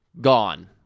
gone